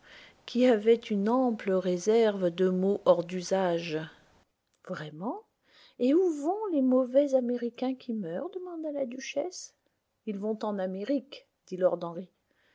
qui avait une ample réserve de mots hors d'usage vraiment et où vont les mauvais américains qui meurent demanda la duchesse ils vont en amérique dit lord henry